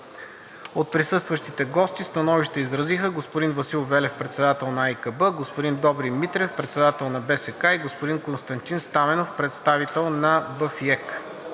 От присъстващите гости становище изказаха: господин Васил Велев – председател на АИКБ, господин Добри Митрев – председател на БСК, и господин Константин Стаменов – представител на БФИЕК.